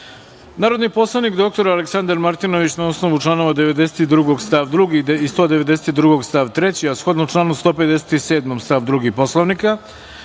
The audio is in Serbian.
predlog. Narodni poslanik dr Aleksandar Martinović, na osnovu članova 92. stav 2. i 192. stav 3, a shodno članu 157. stav 2. Poslovnika,